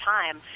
time